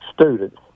students